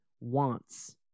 wants